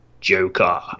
Joker